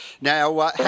Now